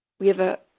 we have a